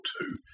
two